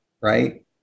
right